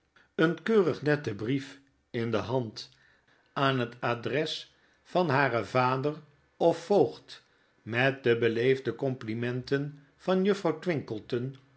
een keurig netten brief in de hand aan het adres van haren vader of vougd met de beleefde complimenten van juffrouw